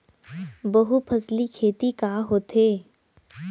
बहुफसली खेती का होथे?